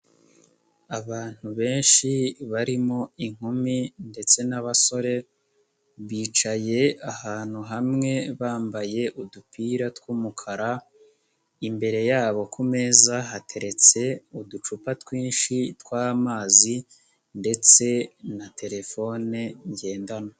Abantu benshi barimo inkumi ndetse n'abasore, bicaye ahantu hamwe bambaye udupira tw'umukara, imbere yabo ku meza hateretse uducupa twinshi tw'amazi ndetse na telefone ngendanwa.